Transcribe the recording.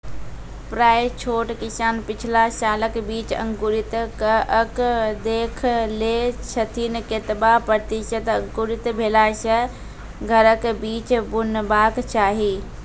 प्रायः छोट किसान पिछला सालक बीज अंकुरित कअक देख लै छथिन, केतबा प्रतिसत अंकुरित भेला सऽ घरक बीज बुनबाक चाही?